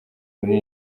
muri